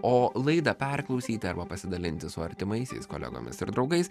o laidą perklausyti arba pasidalinti su artimaisiais kolegomis ir draugais